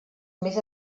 més